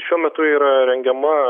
šiuo metu yra rengiama